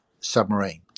submarine